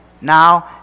now